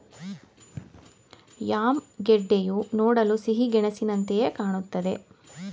yam ಗೆಡ್ಡೆಯು ನೋಡಲು ಸಿಹಿಗೆಣಸಿನಂತೆಯೆ ಕಾಣುತ್ತದೆ